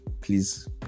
please